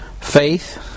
Faith